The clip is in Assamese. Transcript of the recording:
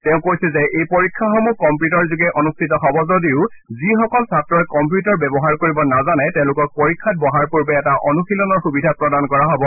তেওঁ কৈছে যে এই পৰীক্ষাসমূহ কম্পিউটাৰযোগে অনুষ্ঠিত হ'ব যদিও যিসকল ছাত্ৰই কম্পিউটাৰ ব্যৱহাৰ কৰিব নাজানে তেওঁলোকক পৰীক্ষাত বহাৰ পূৰ্বে এটা অনুশীলনৰ সুবিধা প্ৰদান কৰা হব